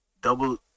double